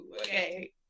Okay